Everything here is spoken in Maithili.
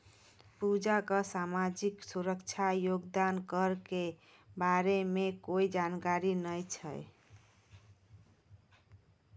पूजा क सामाजिक सुरक्षा योगदान कर के बारे मे कोय जानकारी नय छै